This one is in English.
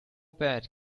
bad